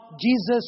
Jesus